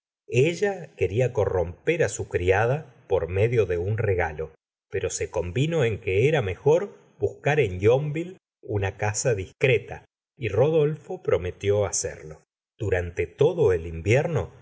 ella quena corromper á su criada por medio de un regalo pero se convino en que era mejor buscar en yonville una casa discreta y rodolfo prometió hacerlo durante todo el invierno